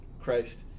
Christ